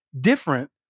different